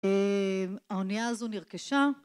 האונייה הזו נרכשה